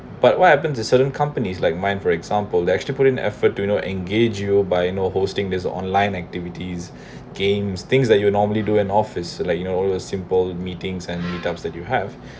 but what happens is certain companies like mine for example they actually put in effort you know engage you buying or hosting this online activities games things that you normally do in office like you know all the simple meetings and meet up that you have